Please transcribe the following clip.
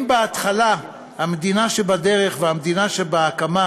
אם בהתחלה המדינה שבדרך והמדינה שבהקמה